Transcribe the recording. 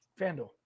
FanDuel